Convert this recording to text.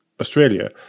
Australia